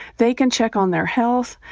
they can check on their health.